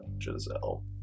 Giselle